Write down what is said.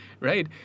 Right